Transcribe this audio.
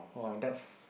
oh that's